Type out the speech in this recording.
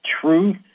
truth